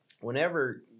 Whenever